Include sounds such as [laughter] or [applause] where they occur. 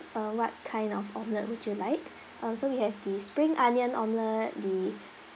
uh what kind of omelette would you like [breath] um so we have the spring onion omelette the